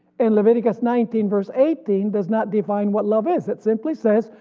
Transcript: in leviticus nineteen verse eighteen does not define what love is it simply says,